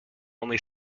only